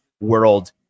world